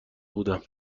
بودم